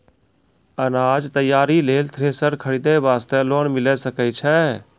अनाज तैयारी लेल थ्रेसर खरीदे वास्ते लोन मिले सकय छै?